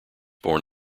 born